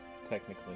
technically